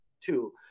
two